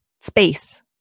space